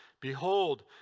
Behold